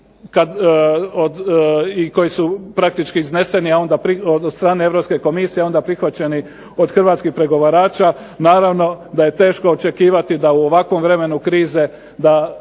i koji su praktički izneseni od strane Europske komisije, a onda prihvaćeni od hrvatskih pregovarača. Naravno da je teško očekivati da u ovakvom vremenu krize da